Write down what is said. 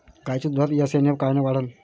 गायीच्या दुधाचा एस.एन.एफ कायनं वाढन?